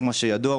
כמו שידוע,